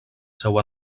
seu